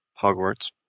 Hogwarts